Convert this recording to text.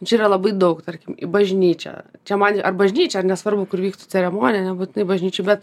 čia yra labai daug tarkim į bažnyčią čia man ar bažnyčią ar nesvarbu kur vyktų ceremonija nebūtinai bažnyčia bet